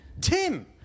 Tim